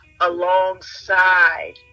alongside